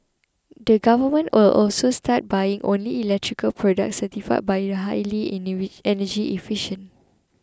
the government will also start buying only electrical products certified by highly energy efficient